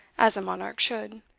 as a monarch should,